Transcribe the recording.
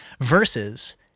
Versus